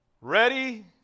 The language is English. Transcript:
Ready